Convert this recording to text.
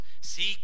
Seek